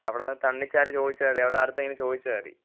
അവിടെ തണ്ണിച്ചാൽ ചോദിച്ചാൽ മതി അവിടെ ആരുടെ അടുത്തെങ്കിലും ചോദിച്ചാൽ മതി